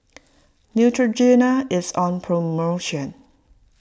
Neutrogena is on promotion